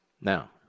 Now